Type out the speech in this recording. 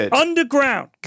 underground